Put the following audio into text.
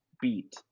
beat